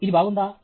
ఇది బాగుందా